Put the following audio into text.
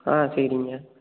ஆ சரிங்க